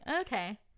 okay